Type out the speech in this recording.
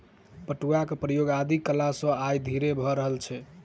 पटुआक प्रयोग आदि कालसँ आइ धरि भ रहल छै